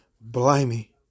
Blimey